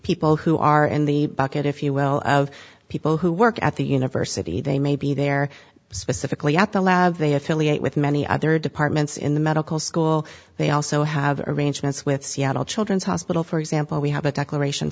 people who are in the bucket if you will of people who work at the university they may be there specifically at the lab they have to liaise with many other departments in the medical school they also have arrangements with seattle children's hospital for example we have a declaration